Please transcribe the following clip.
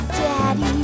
daddy